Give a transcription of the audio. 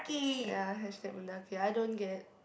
ya hashtag Mendaki I don't get